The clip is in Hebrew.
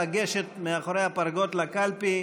לגשת אל מאחורי הפרגוד לקלפי